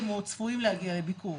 לביקורים, או צפויים להגיע לביקור.